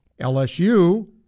LSU